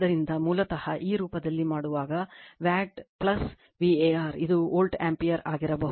ಆದ್ದರಿಂದ ಮೂಲತಃ ಈ ರೂಪದಲ್ಲಿ ಮಾಡುವಾಗ ವ್ಯಾಟ್ var ಇದು ವೋಲ್ಟ್ ಆಂಪಿಯರ್ ಆಗಿರಬಹುದು